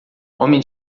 homem